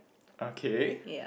okay